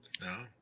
no